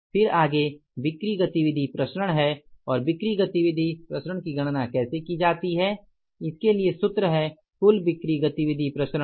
फिर आगे बिक्री गतिविधि प्रसरण है और बिक्री गतिविधि प्रसरण की गणना कैसे की जाती है इसके लिए सूत्र है कुल बिक्री गतिविधि प्रसरण